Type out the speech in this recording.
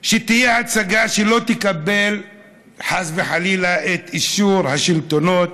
שלא תהיה הצגה שלא תקבל חס וחלילה את אישור השלטונות,